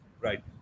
Right